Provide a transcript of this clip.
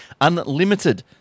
unlimited